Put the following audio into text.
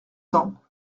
cents